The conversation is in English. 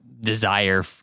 Desire